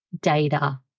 data